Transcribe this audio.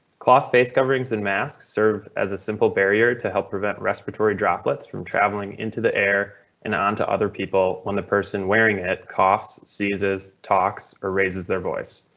cloth based coverings and mask serve as a simple barrier to help prevent respiratory droplets from traveling into the air and onto other people when the person wearing it coughs, seizes, talks or raises their voice.